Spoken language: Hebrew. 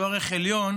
שהוא ערך עליון,